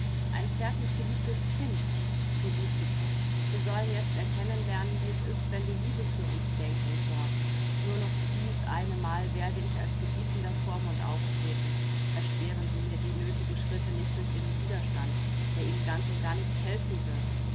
ein zärtlich geliebtes kind felicitas sie sollen jetzt erkennen lernen wie es ist wenn die liebe für uns denkt und sorgt nur noch dies eine mal werde ich als gebietender vormund auftreten erschweren sie mir die nötigen schritte nicht durch ihren widerstand der ihnen ganz und gar nichts helfen wird